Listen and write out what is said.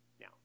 Now